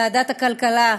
ועדת הכלכלה,